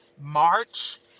march